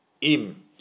im